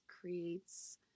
creates